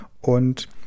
und